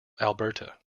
alberta